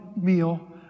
meal